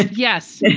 yes.